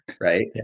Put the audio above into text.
right